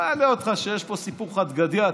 לא אלאה אותך שיש פה סיפור חד גדיא.